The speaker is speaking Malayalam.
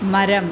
മരം